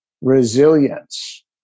resilience